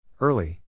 Early